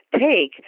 take